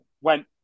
went